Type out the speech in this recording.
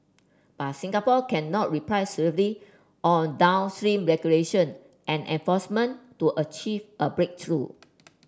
but Singapore cannot reply solely on downstream regulation and enforcement to achieve a breakthrough